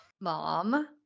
mom